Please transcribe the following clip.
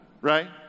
Right